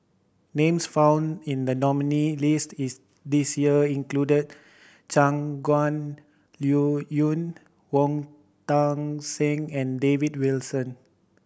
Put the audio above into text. names found in the nominees' list this year include Shangguan Liuyun Wong Tuang Seng and David Wilson